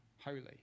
holy